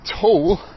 tall